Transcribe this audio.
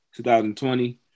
2020